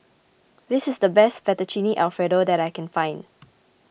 this is the best Fettuccine Alfredo that I can find